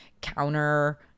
counter